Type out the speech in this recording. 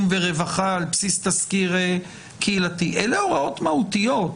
ורווחה על בסיס תסקיר קהילתי אלה הוראות מהותיות.